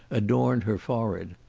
adorned her forehead.